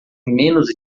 menos